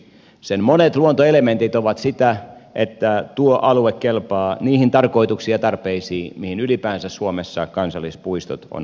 sen monet luontoelementit ovat sitä että tuo alue kelpaa niihin tarkoituksiin ja tarpeisiin mihin ylipäänsä suomessa kansallispuistot on ajateltu